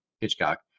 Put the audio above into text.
Hitchcock